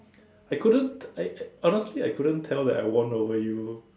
I couldn't I I honestly I couldn't tell that I won over you